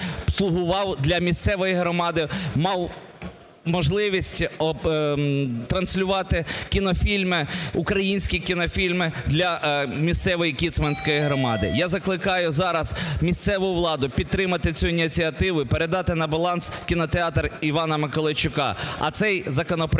для місцевої громади, мав можливість транслювати кінофільми, українські кінофільми для місцевої Кіцманської громади. Я закликаю зараз місцеву владу підтримати цю ініціативу і передати на баланс кінотеатр Івана Миколайчука. А цей законопроект